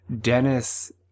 Dennis